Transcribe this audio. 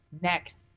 next